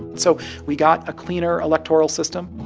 so we got a cleaner electoral system.